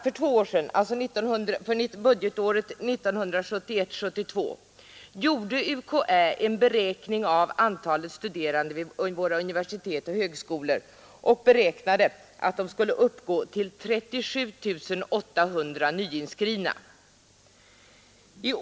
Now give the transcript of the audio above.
För två år sedan, budgetåret 1971 74.